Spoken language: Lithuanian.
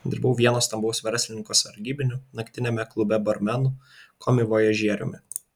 dirbau vieno stambaus verslininko sargybiniu naktiniame klube barmenu komivojažieriumi